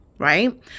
right